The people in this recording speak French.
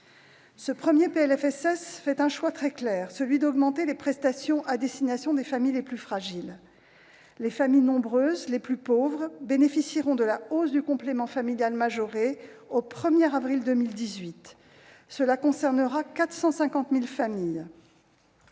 Ce premier PLFSS fait un choix très clair, celui d'augmenter les prestations à destination des familles les plus fragiles. Les familles nombreuses les plus pauvres bénéficieront de la hausse du complément familial majoré au 1 avril 2018- 450 000 familles